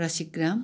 रसिक ग्राम